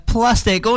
Plastic